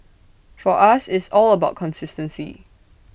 for us it's all about consistency